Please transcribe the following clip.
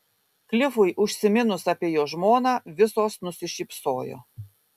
klifui užsiminus apie jo žmoną visos nusišypsojo